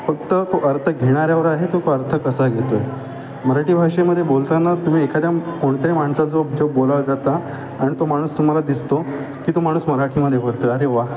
फक्त तो अर्थ घेणाऱ्यावर आहे तो तो अर्थ कसा घेतो आहे मराठी भाषेमध्ये बोलताना तुम्ही एखाद्या कोणत्याही माणसाज बोला जाता आणि तो माणूस तुम्हाला दिसतो की तो माणूस मराठीमध्ये बोलतो अरे वा